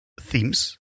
themes